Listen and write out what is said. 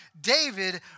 David